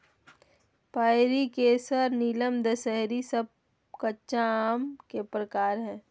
पयरी, केसर, नीलम, दशहरी सब कच्चा आम के प्रकार हय